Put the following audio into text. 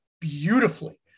beautifully